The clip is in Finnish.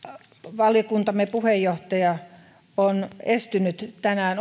valiokuntamme puheenjohtaja on estynyt tänään